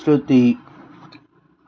శృతి